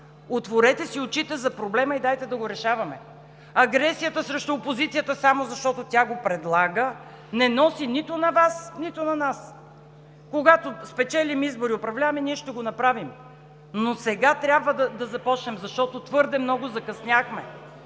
отворете си очите за проблема и дайте да го решаваме! Агресията срещу опозицията, само защото тя го предлага, не носи нито на Вас, нито на нас. Когато спечелим избори и управляваме, ние ще го направим. Но сега трябва да започнем, защото твърде много закъсняхме!